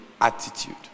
attitude